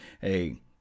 hey –